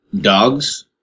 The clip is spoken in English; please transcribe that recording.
Dogs